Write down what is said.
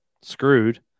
screwed